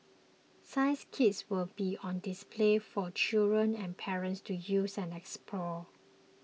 science kits will be on display for children and parents to use and explore